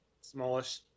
smallish